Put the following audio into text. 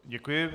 Děkuji.